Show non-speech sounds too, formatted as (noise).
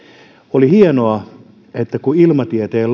oli hienoa kun ilmatieteen (unintelligible)